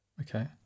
okay